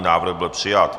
Návrh byl přijat.